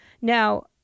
Now